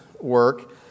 work